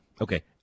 Okay